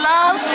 Love